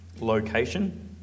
location